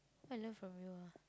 what I learn from her ah